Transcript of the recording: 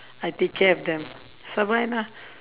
I take care of them survive ah